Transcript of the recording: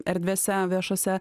erdvėse viešose